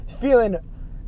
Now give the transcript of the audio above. feeling